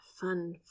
fun